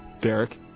Derek